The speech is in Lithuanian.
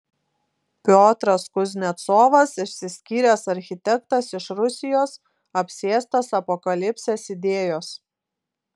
piotras kuznecovas išsiskyręs architektas iš rusijos apsėstas apokalipsės idėjos